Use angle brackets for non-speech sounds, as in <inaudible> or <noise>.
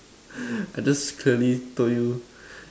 <breath> I just clearly told you